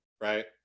right